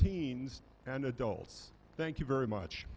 teens and adults thank you very much